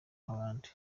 nk’abandi